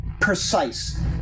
precise